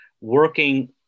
working